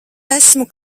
esmu